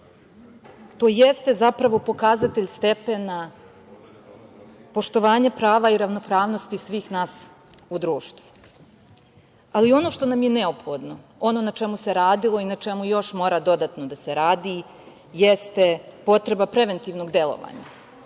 To jeste zapravo pokazatelj stepena poštovanja prava i ravnopravnosti svih nas u društvu, ali ono što nam je neophodno, ono na čemu se radilo i na čemu još mora dodatno da se radi jeste potreba preventivnog delovanja,